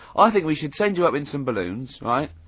i think we should send you up in some balloons, right?